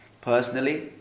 Personally